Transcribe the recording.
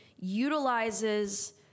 utilizes